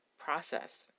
process